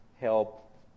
help